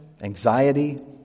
anxiety